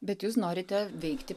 bet jūs norite veikti